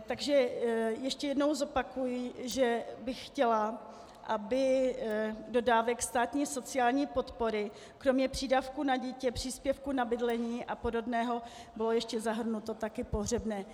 Takže ještě jednou zopakuji, že bych chtěla, aby do dávek státní sociální podpory kromě přídavku na dítě, příspěvku na bydlení a podobného bylo ještě zahrnuto taky pohřebné.